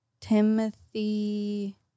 Timothy